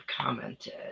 commented